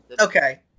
Okay